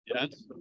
Yes